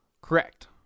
Correct